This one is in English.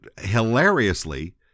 hilariously